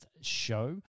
show